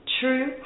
true